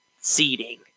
seeding